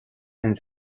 and